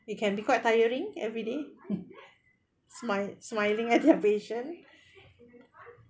it can be quite tiring every day smile smiling at their patient